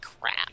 crap